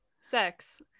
Sex